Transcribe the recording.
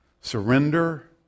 surrender